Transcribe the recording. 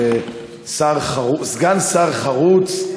וסגן שר חרוץ,